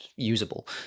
usable